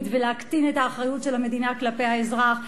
ולהקטין את האחריות של המדינה כלפי האזרח.